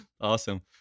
Awesome